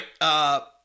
right